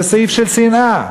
זה סעיף של שנאה.